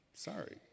Sorry